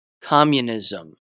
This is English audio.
Communism